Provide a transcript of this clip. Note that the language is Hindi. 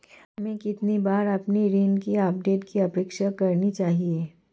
हमें कितनी बार अपने ऋण की स्थिति पर अपडेट की अपेक्षा करनी चाहिए?